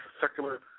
circular